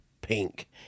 pink